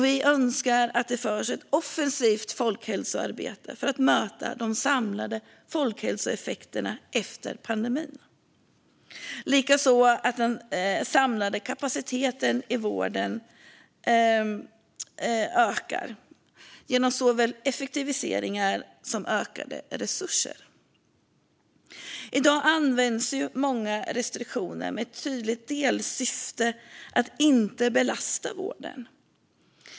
Vi önskar att det görs ett offensivt folkhälsoarbete för att möta de samlade folkhälsoeffekterna efter pandemin. Vi önskar också att den samlade kapaciteten i vården ökar genom såväl effektiviseringar som ökade resurser. I dag används många restriktioner med ett tydligt delsyfte: att man inte ska belasta vården.